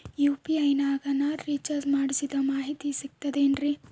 UPI ನಾಗ ನಾ recharge ಮಾಡಿಸಿದ ಮಾಹಿತಿ ಸಿಕ್ತದೆ ಏನ್ರಿ?